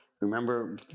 remember